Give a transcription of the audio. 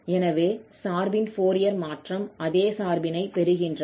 எனவே சார்பின் ஃபோரியர் மாற்றம் அதே சார்பினை பெறுகின்றன